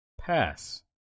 Pass